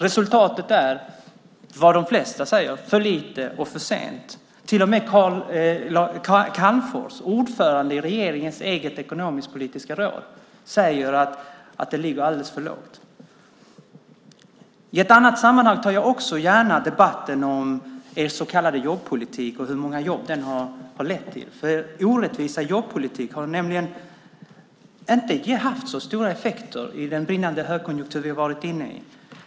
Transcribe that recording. Resultatet är enligt vad de flesta säger för lite och för sent. Till och med Lars Calmfors, ordförande i regeringens eget ekonomisk-politiska råd, säger att det ligger alldeles för lågt. I ett annat sammanhang tar jag också gärna debatten om er så kallade jobbpolitik och om hur många jobb den har lett till. Er orättvisa jobbpolitik har nämligen inte haft så stora effekter i den brinnande högkonjunktur som vi har varit inne i.